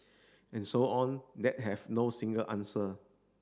and so on that have no single answer